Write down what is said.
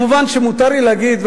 מובן שמותר לי להגיד,